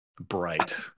bright